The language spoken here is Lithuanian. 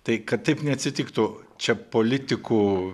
tai kad taip neatsitiktų čia politikų